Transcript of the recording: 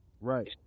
right